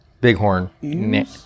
bighorn